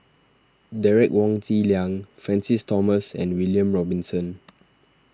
Derek Wong Zi Liang Francis Thomas and William Robinson